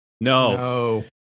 No